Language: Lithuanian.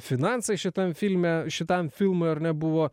finansai šitam filme šitam filmui ar ne buvo